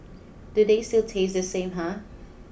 do they still taste the same ah